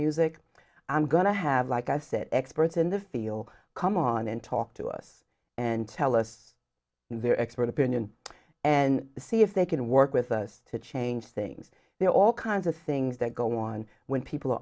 music i'm going to have like us it experts in the feel come on and talk to us and tell us their expert opinion and see if they can work with us to change things there are all kinds of things that go on when people are